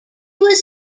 was